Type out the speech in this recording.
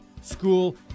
school